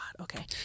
okay